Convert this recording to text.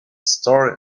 story